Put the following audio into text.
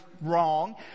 wrong